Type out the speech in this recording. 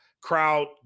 Crowd